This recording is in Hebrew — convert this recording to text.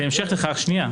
שנייה.